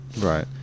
Right